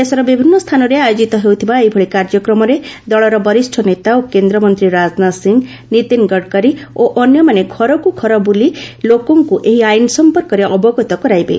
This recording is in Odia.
ଦେଶର ବିଭିନ୍ନ ସ୍ଥାନରେ ଆୟୋଜିତ ହେଉଥିବା ଏଭଳି କାର୍ଯ୍ୟକ୍ରମରେ ଦଳର ବରିଷ୍ଠ ନେତା ଓ କେନ୍ଦ୍ରମନ୍ତ୍ରୀ ରାଜନାଥ ସିଂହ ନିତୀନ୍ ଗଡ଼କରୀ ଓ ଅନ୍ୟମାନେ ଘରକୁ ଘର ବୁଲି ଲୋକଙ୍କୁ ଏହି ଆଇନ ସମ୍ପର୍କରେ ଅବଗତ କରାଇବେ